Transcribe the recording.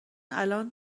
الان